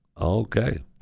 okay